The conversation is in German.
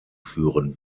führen